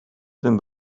tym